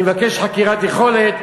אני מבקש חקירת יכולת.